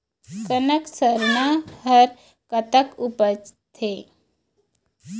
कनक सरना हर कतक उपजथे?